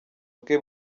bwe